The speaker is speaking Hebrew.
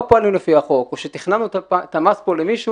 אם הדיון הוא שאנחנו לא פועלים לפי החוק או שתכננו את המס פה למישהו,